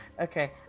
Okay